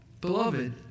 Beloved